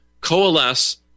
coalesce